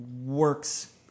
works